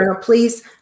please